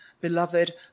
beloved